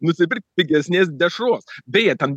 nusipirkt pigesnės dešros beje ten